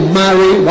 marry